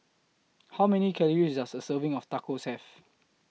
How Many Calories Does A Serving of Tacos Have